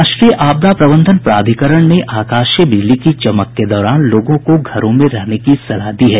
राष्ट्रीय आपदा प्रबंधन प्राधिकरण ने आकाशीय बिजली की चमक के दौरान लोगों को घरों में रहने की सलाह दी है